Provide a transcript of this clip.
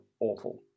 awful